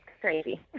crazy